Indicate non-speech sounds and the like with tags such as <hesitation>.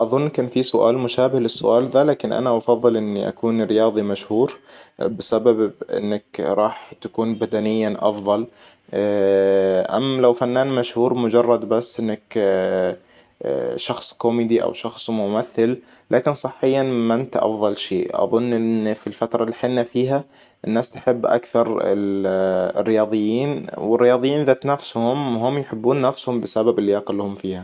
أظن كان في سؤال مشابه للسؤال ده لكن أنا افضل إني اكون رياضي مشهور. بسبب إنك راح تكون بدنياً أفضل. <hesitation> ام لو فنان مشهور مجرد بس إنك <hesitation> شخص كوميدي أو شخص ممثل. لكن صحياً ما إنت أفضل شيء. أظن في الفترة اللي حنا فيها الناس تحب أكثر الرياضيين والرياضيين ذات نفسهم هم يحبون نفسهم بسبب اللياقة لهم فيها